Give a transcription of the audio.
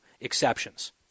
exceptions